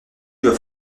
doit